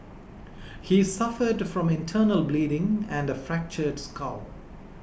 he suffered from internal bleeding and a fractured skull